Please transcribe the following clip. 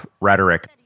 rhetoric